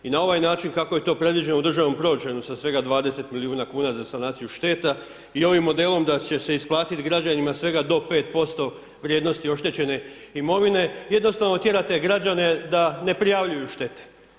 I na ovaj način kako je to predviđeno u državnom proračunu sa svega 20 milijuna kuna za sanaciju šteta i ovim modelom da će se isplatiti građanima svega do 5% vrijednosti oštećene mirovine jednostavno tjera te građane da ne prijavljuju štete.